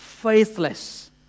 faithless